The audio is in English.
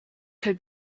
could